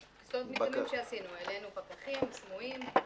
העלינו פקחים, סמויים.